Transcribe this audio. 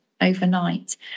overnight